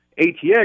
ATX